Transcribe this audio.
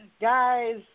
guys